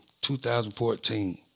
2014